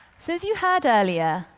so as you heard earlier,